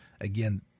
again